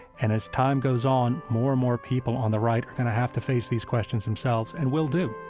and as time goes on, more and more people on the right are going to have to face these questions themselves and will do